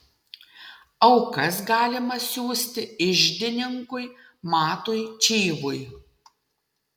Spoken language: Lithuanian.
aukas galima siųsti iždininkui matui čyvui